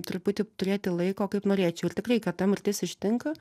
truputį turėti laiko kaip norėčiau ir tikrai kad ta mirtis ištinka